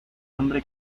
hombre